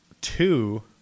two